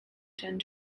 tend